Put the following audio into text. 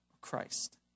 Christ